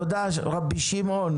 תודה רבי שמעון.